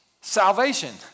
salvation